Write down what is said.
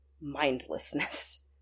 mindlessness